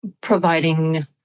providing